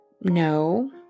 no